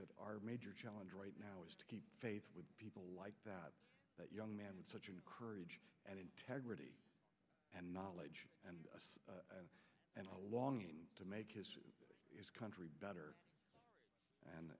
that our major challenge right now is to keep faith with people like that that young man with such courage and integrity and knowledge and and a longing to make his country better and